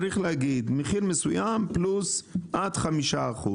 צריך להגיד מחיר מסוים פלוס עד חמישה אחוזים.